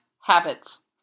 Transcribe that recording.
habits